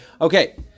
Okay